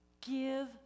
Give